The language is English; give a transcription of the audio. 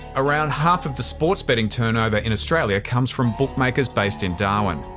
around half of the sports betting turnover in australia comes from bookmakers based in darwin.